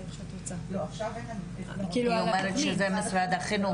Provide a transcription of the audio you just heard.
לא, עכשיו אין --- היא אומרת שזה משרד החינוך.